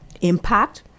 impact